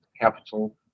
capital